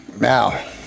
Now